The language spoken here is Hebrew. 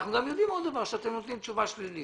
אנחנו גם יודעים עוד דבר והוא שאתם נותנים תשובה שלילית.